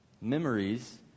Memories